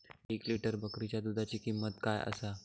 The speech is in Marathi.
एक लिटर बकरीच्या दुधाची किंमत काय आसा?